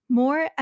,more